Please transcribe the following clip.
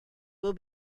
will